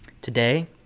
Today